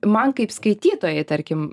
man kaip skaitytojai tarkim